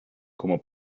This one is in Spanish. como